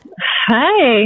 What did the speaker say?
Hi